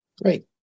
Great